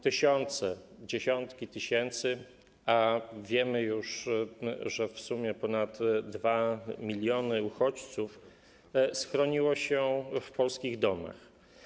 Tysiące, dziesiątki tysięcy, a wiemy już, że w sumie ponad 2 mln uchodźców schroniło się w polskich domach.